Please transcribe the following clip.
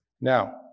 Now